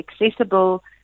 accessible